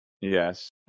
Yes